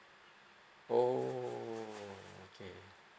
oh okay